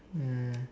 ya